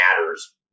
matters